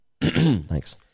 Thanks